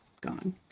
gone